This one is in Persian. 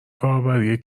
کاربری